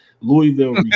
Louisville